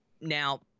now